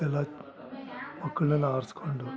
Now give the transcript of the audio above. ಎಲ್ಲ ಮಕ್ಳನ್ನೆಲ್ಲ ಆರಿಸ್ಕೊಂಡು